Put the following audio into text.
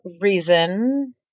reason